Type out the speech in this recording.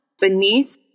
Beneath